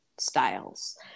Styles